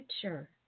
future